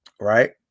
Right